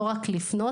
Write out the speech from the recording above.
לא רק לפנות,